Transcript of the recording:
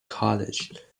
college